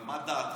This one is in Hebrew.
אבל מה דעתך?